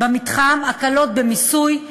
במתחם הקלות במיסוי,